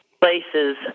places